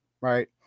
right